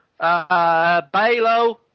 Balo